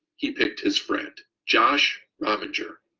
he picked his friend, josh rominger.